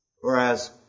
Whereas